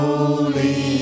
Holy